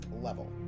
level